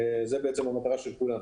זו המטרה של כולנו.